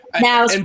Now